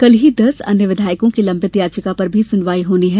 कल ही दस अन्य विधायकों की लम्बित याचिका पर भी सुनवाई होनी है